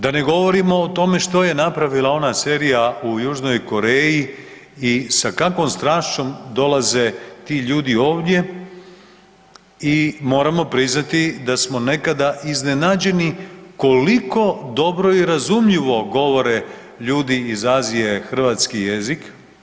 Da ne govorimo o tome što je napravila ona serija u Južnoj Koreji i sa kakvom strašću dolaze ti ljudi ovdje i moramo priznati da smo nekada iznenađeni koliko dobro i razumljivo govore ljudi iz Azije hrvatski jezik.